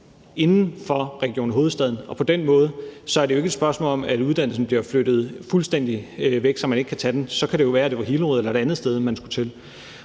inden for Region Hovedstaden. På den måde er det jo ikke et spørgsmål om, at uddannelsen bliver flyttet fuldstændig væk, så man ikke kan tage den, for så kan det jo være, at det var Hillerød eller et andet sted, man skulle til.